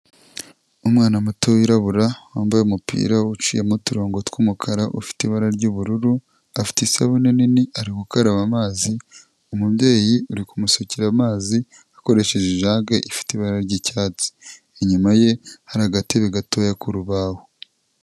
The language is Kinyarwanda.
Umwana muto wirabura wambaye umupira uciyemo uturongo tw'umukara ufite ibara ry'ubururu afite isabune nini ari gukaraba amazi umubyeyi uri kumusukira amazi akoresheje ijage ifite ibara ry'icyatsi inyuma ye hari agatebe gatoya k'urubaho.